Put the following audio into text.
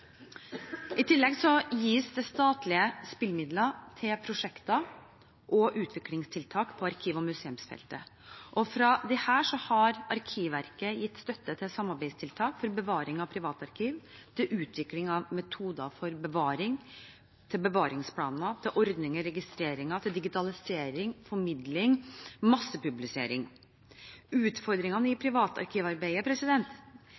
I tillegg gis det statlige spillemidler til prosjekter og utviklingstiltak på arkiv- og museumsfeltet. Fra disse har Arkivverket gitt støtte til samarbeidstiltak for bevaring av privatarkiv, til utvikling av metoder for bevaring, til bevaringsplaner, til ordning med registreringer, til digitalisering, formidling og massepublisering. Utfordringene i